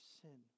sin